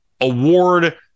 award